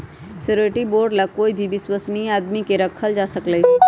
surety bond ला कोई भी विश्वस्नीय आदमी के रखल जा सकलई ह